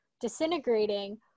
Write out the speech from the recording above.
disintegrating